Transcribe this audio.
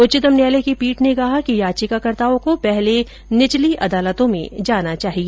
उच्चतम न्यायालय की पीठ ने कहा कि याचिकाकर्ताओं को पहले निचली अदालतों में जाना चाहिए